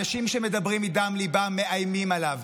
אנשים שמדברים מדם ליבם מאיימים עליו.